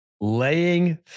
laying